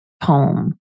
poem